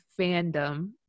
fandom